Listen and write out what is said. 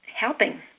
helping